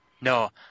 No